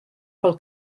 pel